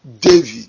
David